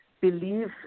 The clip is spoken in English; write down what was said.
believe